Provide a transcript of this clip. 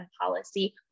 policy